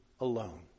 alone